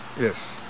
Yes